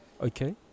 okay